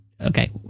Okay